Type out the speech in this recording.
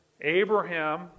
Abraham